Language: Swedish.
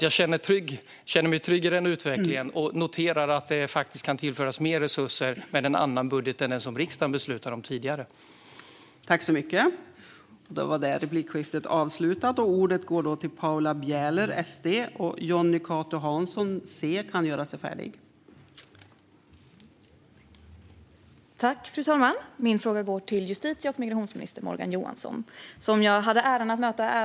Jag känner mig alltså trygg i den utvecklingen - och jag noterar att det faktiskt kan tillföras mer resurser med en annan budget än den riksdagen har beslutat om.